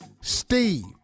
Steve